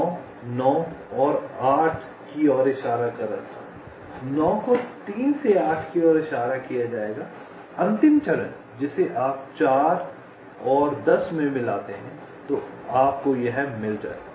9 9 को 8 की ओर इशारा कर रहा था 9 को 3 से 8 की ओर इशारा किया जाएगा अंतिम चरण जिसे आप 4 और 10 में मिलाते हैं ताकि आपको यह मिल जाए